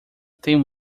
tem